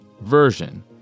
version